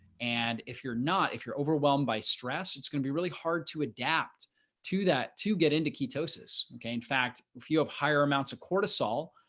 and if you're not, if you're overwhelmed by stress, it's going to be really hard to adapt to that to get into ketosis. okay? in fact, if you have higher amounts of cortisol,